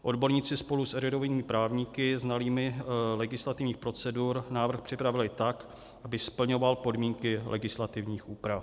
Odborníci spolu s erudovanými právníky znalými legislativních procedur návrh připravili tak, aby splňoval podmínky legislativních úprav.